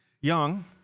young